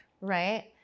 right